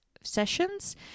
sessions